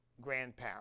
grandparents